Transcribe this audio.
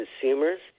consumers